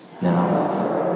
Now